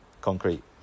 concrete